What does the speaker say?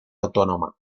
autónoma